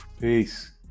Peace